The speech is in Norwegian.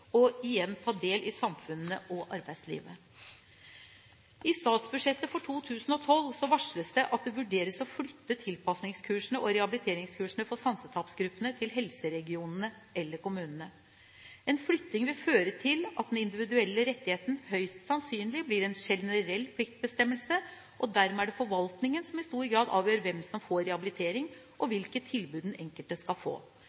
og igjen ta del i samfunnet og arbeidslivet. I statsbudsjettet for 2012 varsles det at det vurderes å flytte tilpasningskursene og rehabiliteringskursene for sansetapsgruppene til helseregionene eller kommunene. En flytting vil føre til at den individuelle rettigheten høyst sannsynlig blir en generell pliktbestemmelse, og dermed er det forvaltningen som i stor grad avgjør hvem som får rehabilitering, og hvilket tilbud den enkelte skal få.